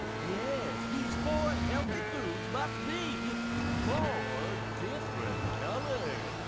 yes, these four healthy foods must be four different colors,